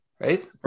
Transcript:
right